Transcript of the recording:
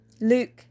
Luke